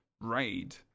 raid